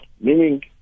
Meaning